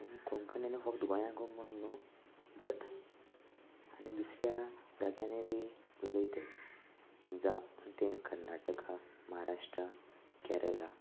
आनी कोंकणीन फक्त गोंयाक म्हणू न्हू बट आनी दुसऱ्या जाग्यांनी बी उलयताय जाव ते कर्नाटका महाराष्ट्रा केरला